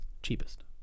cheapest